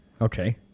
Okay